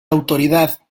autoridad